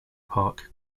park